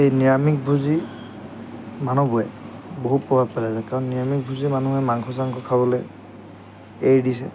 এই নিৰামিষভোজী মানুহবোৰে বহু প্ৰভাৱ পেলাই যায় কাৰণ নিৰামিষভোজী মানুহে মাংস চাংস খাবলে এৰি দিছে